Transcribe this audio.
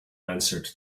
answered